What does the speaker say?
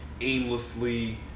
aimlessly